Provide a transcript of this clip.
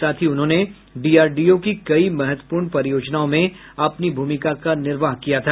साथ ही उन्होंने डीआरडीओ की कई महत्वपूर्ण परियोजनाओं में अपनी भूमिका का निर्वाह किया था